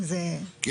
כן.